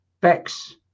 Bex